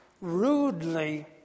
Rudely